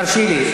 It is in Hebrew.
תרשי לי.